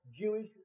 Jewish